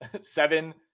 seven